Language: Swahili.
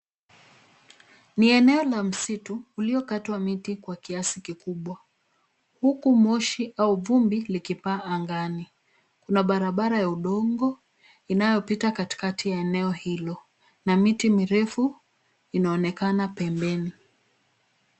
Ni eneo la msitu uliokatwa miti kwa kiasi kikubwa, huku moshi au vumbi likipaa angani. Kuna barabara ya udongo inayopita katikati ya eneo hilo na miti mirefu inaonekana pembeni.